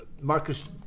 Marcus